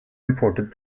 imported